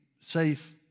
safe